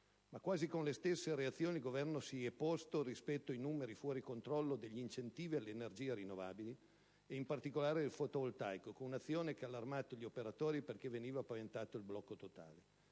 Ma quasi con le stesse reazioni il Governo si è posto rispetto ai numeri fuori controllo degli incentivi alle energie rinnovabili, in particolare del fotovoltaico, con un'azione che ha allarmato gli operatori perché veniva paventato il blocco totale.